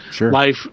Life